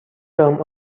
term